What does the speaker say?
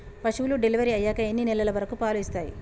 పశువులు డెలివరీ అయ్యాక ఎన్ని నెలల వరకు పాలు ఇస్తాయి?